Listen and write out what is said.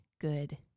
good